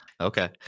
Okay